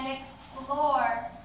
explore